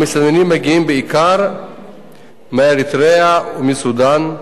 המסתננים מגיעים בעיקר מאריתריאה ומסודן,